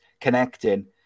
connecting